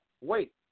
Wait